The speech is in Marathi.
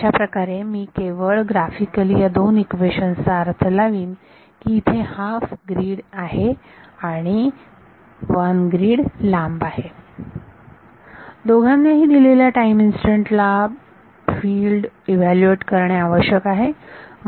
अशाप्रकारे मी केवळ ग्राफिकली या दोन इक्वेशन्स चा अर्थ लावीन की इथे हाफ ग्रीड आहे आणि 1 ग्रीड लांब आहे दोघांनाही दिलेल्या टाईम इन्स्टंट ला फिल्ड इव्हॅल्यूएट करणे आवश्यक आहे